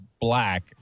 black